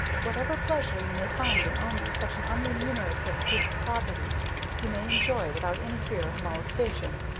whatever pleasure you may find in owning such an unremunerative piece of property you may enjoy without any fear of molestation,